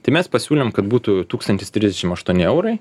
tai mes pasiūlėm kad būtų tūkstantis trisdešim aštuoni eurai